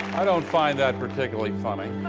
i don't find that particularly funny.